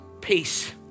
peace